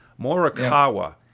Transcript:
Morikawa